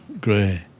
Gray